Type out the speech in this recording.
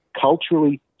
culturally